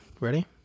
Ready